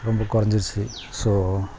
ரொம்ப குறஞ்சிருச்சி ஸோ